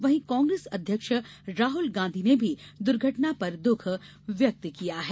वहीं कांग्रेस अध्यक्ष राहुल गांधी ने भी दुर्घटना पर दुख व्यक्त किया है